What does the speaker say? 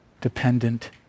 dependent